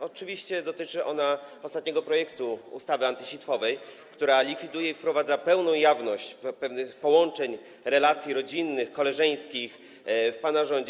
Oczywiście dotyczy ono ostatniego projektu ustawy antysitwowej, która likwiduje i wprowadza pełną jawność pewnych połączeń, relacji rodzinnych, koleżeńskich w pana rządzie.